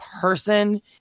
person